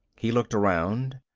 he looked around.